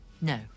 No